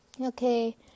Okay